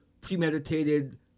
premeditated